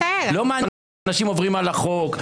לא מעניין אתכם שאנשים עוברים על החוק.